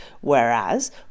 whereas